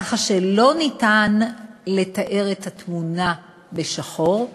כך שלא ניתן לתאר את התמונה בצבעים שחורים.